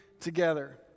together